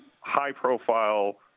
high-profile